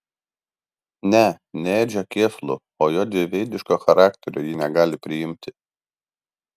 ne ne edžio kėslų o jo dviveidiško charakterio ji negali priimti